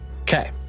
Okay